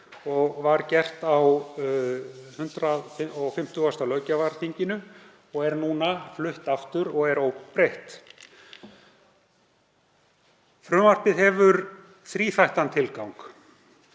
og var gert á 150. löggjafarþingi og er núna flutt aftur og er óbreytt. Frumvarpið hefur þríþættan tilgang.